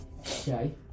Okay